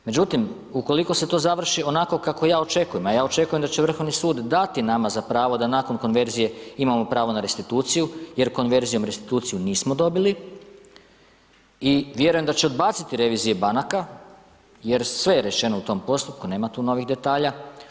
Međutim, ukoliko se to završi onako kako ja očekujem, a ja očekujem da će Vrhovni sud dati nama za pravo da nakon konverzije imamo pravo na restituciju jer konverzijom restituciju nismo dobili i vjerujem da će odbaciti revizije banaka jer sve je rečeno u tom postupku, nema tu novih detalja.